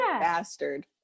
bastard